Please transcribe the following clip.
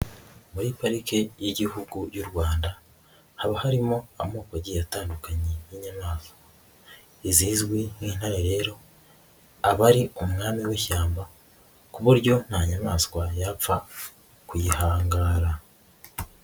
Muri parike y'igihugu y'u Rwanda haba harimo amoko agiye atandukanye y'inyamaswa, izizwi nk'intare rero aba ari umwami w'ishyamba ku buryo nta nyamaswa yapfa kuyihangara.